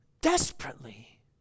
desperately